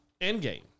Endgame